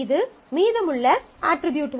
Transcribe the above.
இது மீதமுள்ள அட்ரிபியூட்கள்